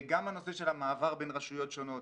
גם הנושא של המעבר בין רשויות שונות,